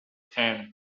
tent